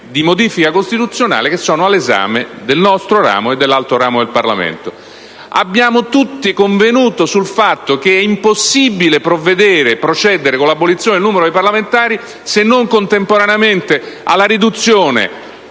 di modifica costituzionale che sono all'esame del nostro e dell'altro ramo del Parlamento. Abbiamo tutti convenuto sul fatto che è impossibile procedere con la riduzione del numero dei parlamentari se non contemporaneamente, alla modifica